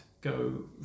go